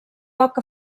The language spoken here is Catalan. poc